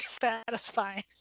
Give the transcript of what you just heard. satisfying